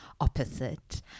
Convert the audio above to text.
opposite